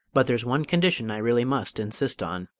but there's one condition i really must insist on.